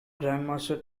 grandmaster